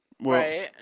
Right